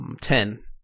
Ten